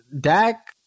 Dak